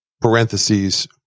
parentheses